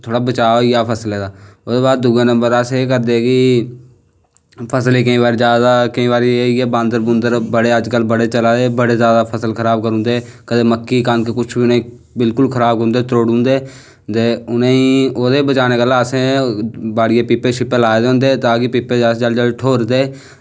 थोह्ड़ा बचाऽ होई जा फसलै दा ओह्दे बाद दूऐ नंबर अस एह् करदे कि फसलें ई केईं बारी इयै बांदर बड़े अज्जकल बड़े चला दे ते जादै फसल खराब करी ओड़दे मक्की कनक किश बी नेईं बिल्कुल खराब करी ओड़दे त्रोड़ी ओड़दे ते उनें ई ओह्दे बचाने कोला असें बाड़ियै पीपे लाए दे होंदे की जेल्लै अस पीपे ठ्होरदे